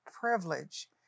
privilege